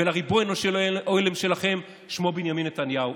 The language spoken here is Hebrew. ולריבונו של עולם שלכם ששמו בנימין נתניהו.